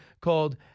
called